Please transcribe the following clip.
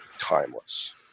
Timeless